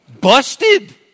Busted